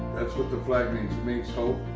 what the flag means, means hope,